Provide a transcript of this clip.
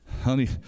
Honey